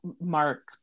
mark